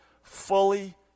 fully